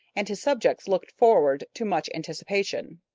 and his subjects looked forward to much anticipation.